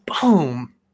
Boom